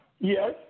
Yes